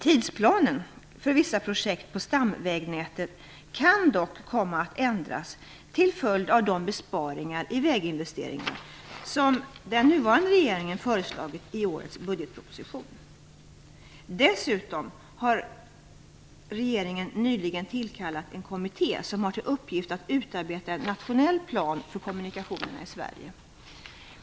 Tidplanen för vissa projekt på stamvägnätet kan dock komma att ändras till följd av de besparingar i väginvesteringar som den nuvarande regeringen föreslagit i årets budgetproposition. Dessutom har regeringen nyligen tillkallat en kommitté, som har till uppgift att utarbeta en nationell plan för kommunikationerna i Sverige.